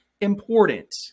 important